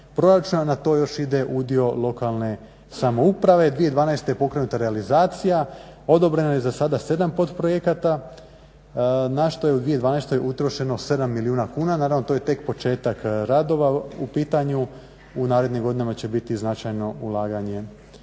proračuna na to još ide udio lokalne samouprave. 2012.je pokrenuta realizacija, odobreno je za sada 7 podprojekata, na što je u 2012.utrošeno 7 milijuna kuna. naravno to je tek početak radova u pitanju. U narednim godinama će biti značajno ulaganje